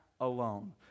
alone